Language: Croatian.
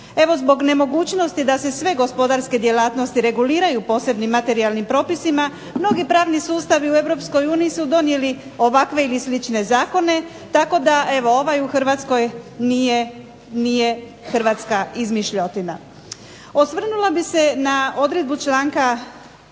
Evo zbog nemogućnosti da se sve gospodarske djelatnosti reguliraju posebnim materijalnim propisima, mnogi pravni sustavi u Europskoj uniji su donijeli ovakve ili slične zakone, tako da evo ovaj u Hrvatskoj nije hrvatska izmišljotina. Osvrnula bih se na odredbu članka